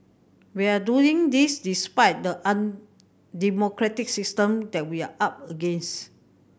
we are doing this despite the undemocratic system that we are up against